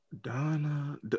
Donna